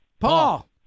Paul